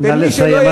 נא לסיים,